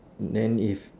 then if